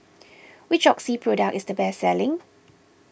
which Oxy product is the best selling